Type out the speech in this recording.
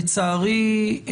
לצערי,